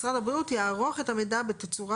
משרד הבריאות יערוך את המידע בתצורה